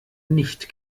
nicht